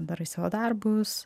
darai savo darbus